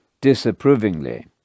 disapprovingly